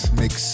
mix